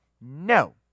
no